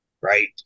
Right